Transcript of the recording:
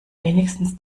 wenigstens